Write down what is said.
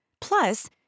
Plus